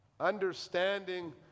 understanding